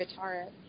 guitarist